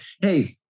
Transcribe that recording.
Hey